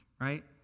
right